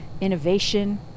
innovation